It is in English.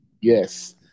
yes